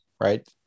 right